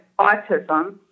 autism